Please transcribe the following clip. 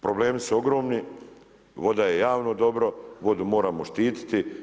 Problemi su ogromni, voda je javno dobro, vodu moramo štititi.